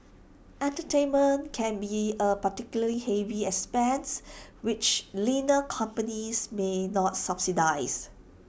entertainment can be A particularly heavy expense which leaner companies may not subsidise